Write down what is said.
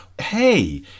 hey